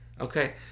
Okay